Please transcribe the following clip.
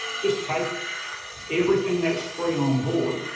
just take everything that's free on board,